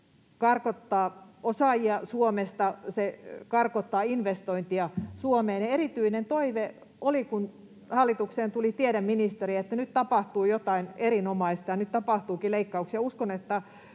karkottaa osaajia Suomesta, se karkottaa investointeja Suomesta. Erityinen toive oli, kun hallitukseen tuli tiedeministeri, että nyt tapahtuu jotain erinomaista. Nyt tapahtuukin leikkauksia.